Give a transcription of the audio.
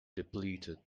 depleted